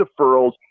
deferrals